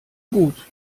gut